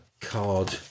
card